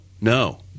no